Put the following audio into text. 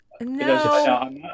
No